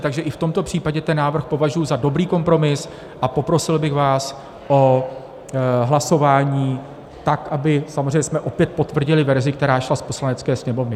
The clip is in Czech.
Takže i v tomto případě ten návrh považuji za dobrý kompromis a poprosil bych vás o hlasování tak, abychom samozřejmě opět potvrdili verzi, která šla z Poslanecké sněmovny.